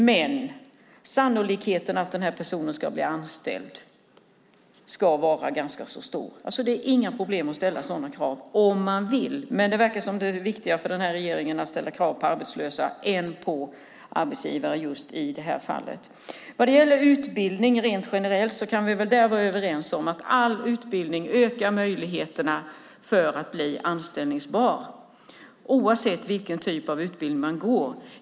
Men sannolikheten att den här personen ska bli anställd ska vara ganska så stor. Det är inga problem att ställa sådana krav om man vill. Men det verkar som att det viktiga för den här regeringen är att ställa krav på arbetslösa än på arbetsgivare i just det här fallet. Vad gäller utbildning rent generellt kan vi vara överens om att all utbildning ökar möjligheterna för att bli anställningsbar oavsett vilken typ av utbildning man går.